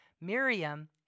Miriam